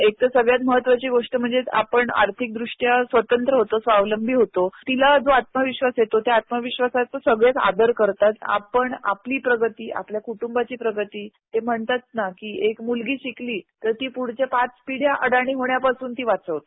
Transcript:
एक तर महत्त्वाची गोष्ट म्हणजे आपण आर्थिक द्रष्ट्या स्वतंत्र होतो स्वावलंबी होतो तिला जो आत्मविश्वास येतो ते आत्मविश्वासाने सगळेच आदर करतात आपण आपली प्रगती आपल्या कुटुंबाची प्रगती ते म्हणतात ना एक मुलगी शिकली तर ती पुढच्या पाच पिढ्या अडाणी होण्यापासून वाचवते